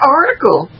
article